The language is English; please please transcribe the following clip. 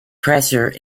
pressure